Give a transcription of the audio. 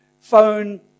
phone